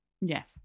Yes